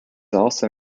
also